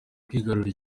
kwigarurira